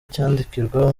cyandikirwa